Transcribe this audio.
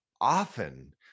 often